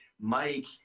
Mike